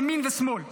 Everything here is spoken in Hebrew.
מימין ומשמאל.